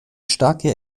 starke